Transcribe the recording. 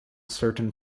certain